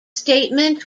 statement